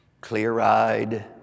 clear-eyed